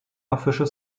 official